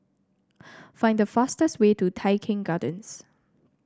find the fastest way to Tai Keng Gardens